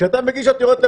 כשאתה מגיש עתירות לבג"ץ,